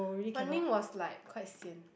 Wan-Ning was like quite sian